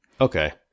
Okay